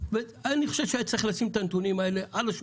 אני חושב שהיה צריך לשים את הנתונים האלה על השולחן.